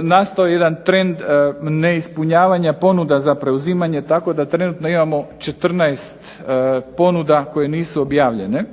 nastao je jedan trend neispunjavanja ponuda za preuzimanje tako da trenutno imamo 14 ponuda koje nisu objavljene.